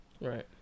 Right